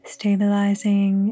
stabilizing